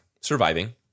Surviving